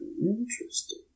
Interesting